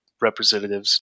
representatives